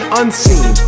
unseen